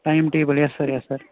time table yes sir yes sir